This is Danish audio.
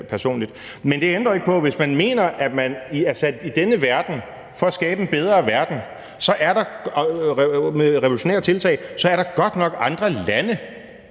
personligt. Men det ændrer ikke på, at hvis man mener, at man er sat i denne verden for at skabe en bedre verden med revolutionære tiltag, så er der godt nok andre lande,